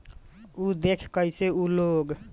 उ देखऽ कइसे उ लोग सब्जीया काटला के बाद माटी कोड़ देहलस लो